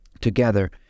together